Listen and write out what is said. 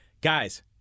guys